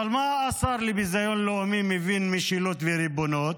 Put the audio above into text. אבל מה השר לביזיון לאומי מבין במשילות וריבונות?